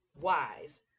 wise